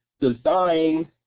design